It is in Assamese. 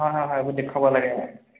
হয় হয় হয় এইবোৰ দেখুৱাব লাগে